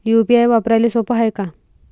UPI वापराले सोप हाय का?